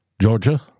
Georgia